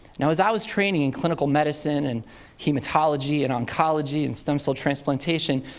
now, as i was training in clinical medicine and hematology and oncology and stem-cell transplantation,